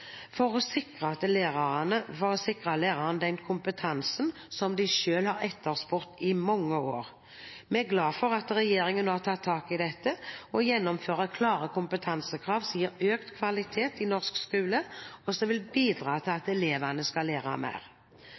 for å sikre lærerne den kompetansen de selv har etterspurt i mange år. Vi er glad for at regjeringen nå har tatt tak i dette og gjennomfører klare kompetansekrav som gir økt kvalitet i norsk skole, og som vil bidra til at elevene skal lære mer.